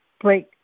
break